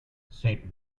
saint